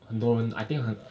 很多人 I think 很